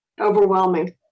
Overwhelming